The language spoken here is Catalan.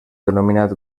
denominat